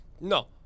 No